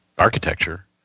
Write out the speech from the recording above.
architecture